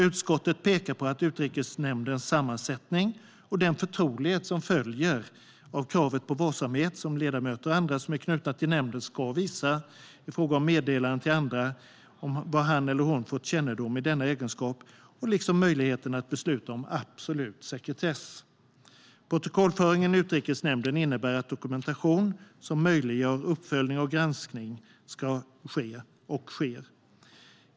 Utskottet pekar på Utrikesnämndens sammansättning och den förtrolighet som följer av kravet på varsamhet som ledamöter och andra som är knutna till nämnden ska visa i fråga om meddelanden till andra om vad han eller hon fått kännedom om i denna egenskap liksom möjligheten att besluta om absolut sekretess. Protokollföringen i Utrikesnämnden innebär en dokumentation som möjliggör att uppföljning och granskning ska ske och sker.